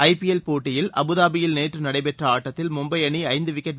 ஐ PL போட்டியில் அபுதாபியில் நேற்றநடைபெற்றஆட்டத்தில் மும்பை அணிஐந்துவிக்கெட்